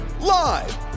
live